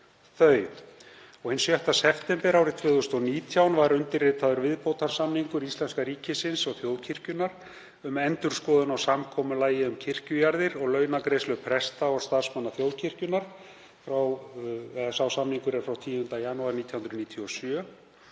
þau. Hinn 6. september 2019 var undirritaður viðbótarsamningur íslenska ríkisins og þjóðkirkjunnar um endurskoðun á samkomulagi um kirkjujarðir og launagreiðslur presta og starfsmanna þjóðkirkjunnar frá 10. janúar 1997